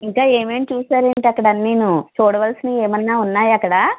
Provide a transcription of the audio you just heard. ఇంకా ఏమేమి చూశారేంటి అక్కడ అన్నీను చూడవలసినవి ఏమన్నా ఉన్నాయా అక్కడ